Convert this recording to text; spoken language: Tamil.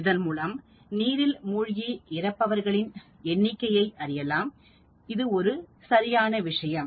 இதன் மூலம் நீரில் மூழ்கி இறப்பவர்கள் எண்ணிக்கையை அறியலாம் இது ஒரு சரியான விஷயம்